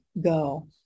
go